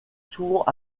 souvent